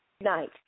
night